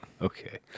Okay